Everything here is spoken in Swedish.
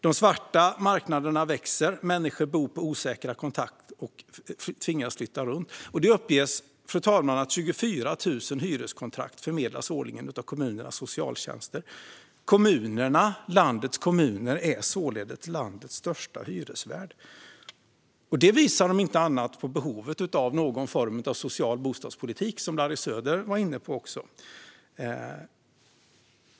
De svarta marknaderna växer. Människor bor i bostäder med osäkra kontrakt och tvingas flytta runt. Det uppges, fru talman, att 24 000 hyreskontrakt årligen förmedlas av kommunernas socialtjänster. Kommunerna är således landets största hyresvärd. Detta visar om inte annat på behovet av någon form av social bostadspolitik, som Larry Söder var inne på.